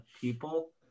people